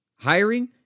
Hiring